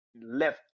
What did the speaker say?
left